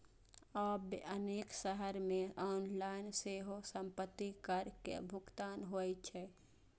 आब अनेक शहर मे ऑनलाइन सेहो संपत्ति कर के भुगतान होइ छै